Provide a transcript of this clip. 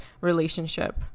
relationship